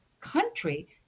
country